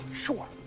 sure